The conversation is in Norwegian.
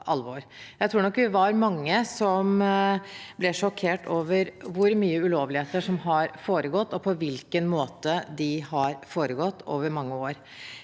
Jeg tror nok vi var mange som ble sjokkert over hvor mye ulovligheter som har foregått, og på hvilken måte de har foregått over mange år.